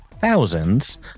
thousands